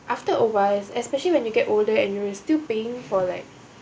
after a while especially when you get older and you will still paying for like